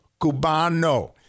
Cubano